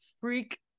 freak